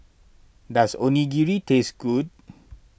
does Onigiri taste good